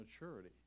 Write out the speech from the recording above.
maturity